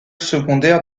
secondaire